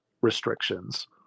restrictions